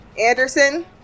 anderson